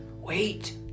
wait